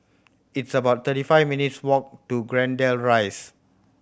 it's about thirty five minutes' walk to Greendale Rise